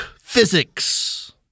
physics